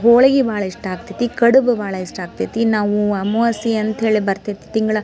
ಹೋಳ್ಗೆ ಭಾಳ ಇಷ್ಟ ಆಗ್ತದೆ ಕಡುಬು ಭಾಳ ಇಷ್ಟ ಆಗ್ತದೆ ನಾವು ಅಮಾವಾಸ್ಯೆ ಅಂತ್ಹೇಳಿ ಬರ್ತೈತಿ ತಿಂಗಳಾ